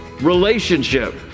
relationship